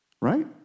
right